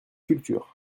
culture